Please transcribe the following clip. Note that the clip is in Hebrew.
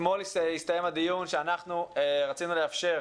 אתמול הסתיים הדיון שאנחנו רצינו לנסות